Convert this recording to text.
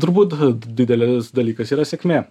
turbūt didelis dalykas yra sėkmė